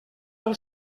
del